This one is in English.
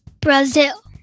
Brazil